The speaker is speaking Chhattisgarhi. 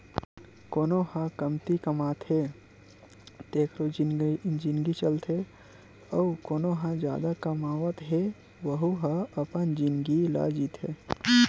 कोनो ह कमती कमाथे तेखरो जिनगी चलथे अउ कोना ह जादा कमावत हे वहूँ ह अपन जिनगी ल जीथे